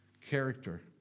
character